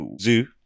Zoo